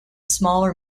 smaller